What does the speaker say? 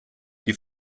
die